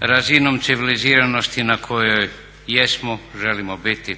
razinom civiliziranosti na kojoj jesmo, želimo biti,